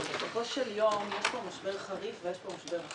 אבל בסופו של יום יש פה משבר חריף ורחב,